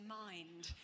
mind